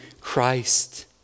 Christ